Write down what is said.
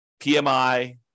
PMI